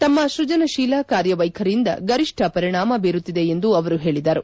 ತಮ್ಮ ಸೃಜನಶೀಲ ಕಾರ್ಯವ್ಯೆಖರಿಯಿಂದ ಗರಿಷ್ಠ ಪರಿಣಾಮ ಬೀರುತ್ತಿದೆ ಎಂದು ಅವರು ಹೇಳಿದರು